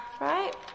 right